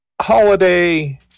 Holiday